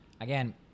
again